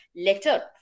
letter